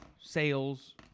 sales